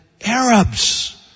Arabs